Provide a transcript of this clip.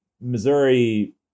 Missouri